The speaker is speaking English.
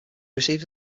receives